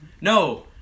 no